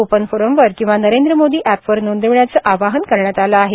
open फोरमवर किंवा नरेंद्र मोदी अॅपवर नोंदविण्याचा आवाहन करण्यात आला आहे